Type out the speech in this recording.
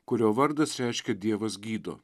kurio vardas reiškia dievas gydo